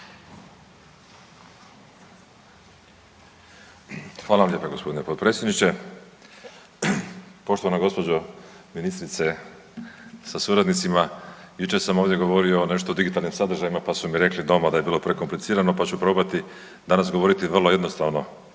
Hvala vam lijepa gospodine potpredsjedniče. Poštovana gospođo ministrice sa suradnicima jučer sam ovdje govorio nešto o digitalnim sadržajima pa su mi rekli doma da je bilo prekomplicirano, pa ću probati danas govoriti vrlo jednostavno